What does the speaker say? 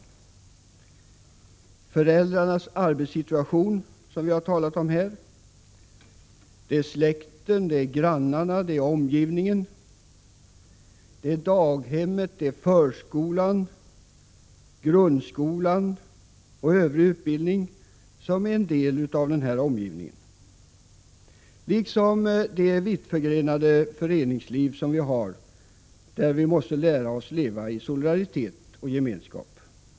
Det handlar om föräldrarnas arbetssituation, släkten, grannarna och den övriga omgivningen. Daghemmet, förskolan, grundskolan och övrig utbildning är delar av denna omgivning, liksom det vittförgrenade föreningslivet, där vi måste lära oss att leva i solidaritet och gemenskap.